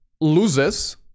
loses